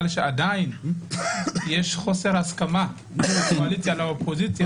שעדיין יש חוסר הסכמה בין הקואליציה לאופוזיציה.